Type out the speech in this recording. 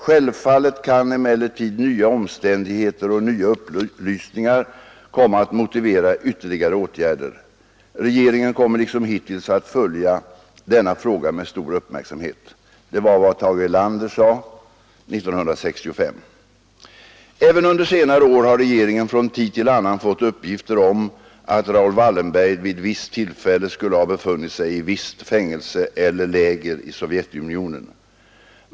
Självfallet kan emellertid nya omständigheter och nya upplysningar komma att motivera ytterligare åtgärder. Regeringen kommer liksom hittills att följa denna fråga med stor uppmärksamhet.” Även under senare år har regeringen från tid till annan fått uppgifter om att Raoul Wallenberg vid visst tillfälle skulle ha befunnit sig i visst fängelse eller läger i Sovjetunionen.